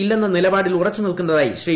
ഇല്ലെന്ന നിലപാടിൽ ഉറച്ചുനിൽക്കുന്നതായി ശ്രീ